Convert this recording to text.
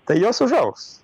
tai jos užaugs